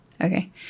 okay